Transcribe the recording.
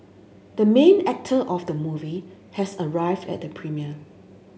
the main actor of the movie has arrived at the premiere